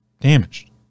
Damaged